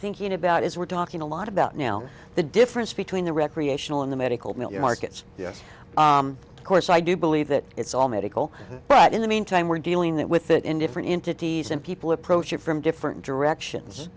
thinking about as we're talking a lot about now the difference between the recreational in the medical markets yes of course i do believe that it's all medical but in the meantime we're dealing with it in different entities and people approach it from different directions